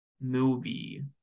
movie